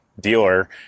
dealer